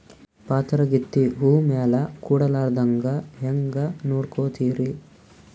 ಪಾತರಗಿತ್ತಿ ಹೂ ಮ್ಯಾಲ ಕೂಡಲಾರ್ದಂಗ ಹೇಂಗ ನೋಡಕೋತಿರಿ?